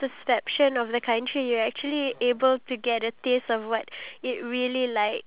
maybe we'll feel much more appreciative of the life that we live in